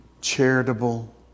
charitable